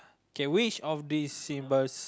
K which of these symbols